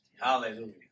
Hallelujah